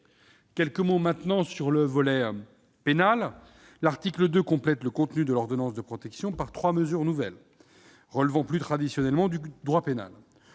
» C'est vrai ! Concernant le volet pénal, l'article 2 du texte complète le contenu de l'ordonnance de protection par trois mesures nouvelles, relevant plus traditionnellement du droit pénal.